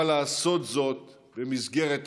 אבל לעשות זאת במסגרת החוק.